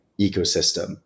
ecosystem